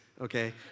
okay